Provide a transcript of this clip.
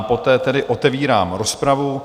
Poté tedy otevírám rozpravu.